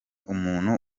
umuntu